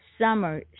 Summer